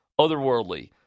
otherworldly